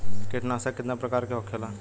कीटनाशक कितना प्रकार के होखेला?